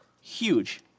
Huge